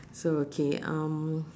so okay um